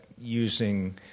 using